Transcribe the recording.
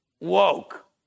woke